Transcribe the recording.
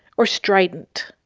or strident,